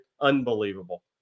Unbelievable